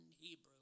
Hebrew